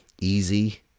Easy